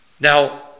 Now